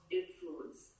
influence